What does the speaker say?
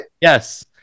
Yes